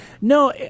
No